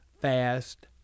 Fast